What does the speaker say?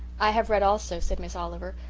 i have read also, said miss oliver,